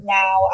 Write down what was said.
now